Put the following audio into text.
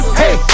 hey